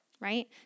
right